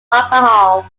alcohol